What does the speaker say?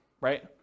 right